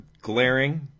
glaring